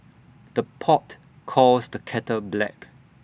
the pot calls the kettle black